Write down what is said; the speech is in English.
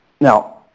Now